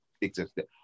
existed